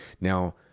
Now